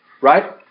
right